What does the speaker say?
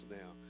now